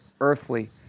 earthly